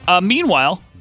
Meanwhile